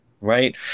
right